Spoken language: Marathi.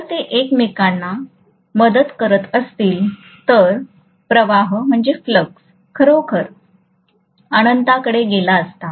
जर ते एकमेकांना मदत करत असतील तर प्रवाह खरोखर अनंताकडे गेला असता